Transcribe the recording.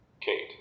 Kate